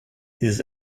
his